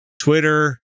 Twitter